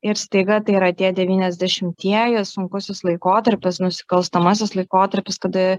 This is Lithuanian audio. ir staiga tai yra tie devyniasdešimtieji sunkusis laikotarpis nusikalstamasis laikotarpis tada